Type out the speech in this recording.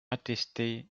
attestés